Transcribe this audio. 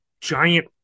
giant